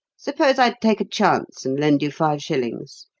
suppose i take a chance and lend you five shillings,